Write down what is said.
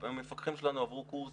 המפקחים שלנו עברו קורס,